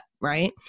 right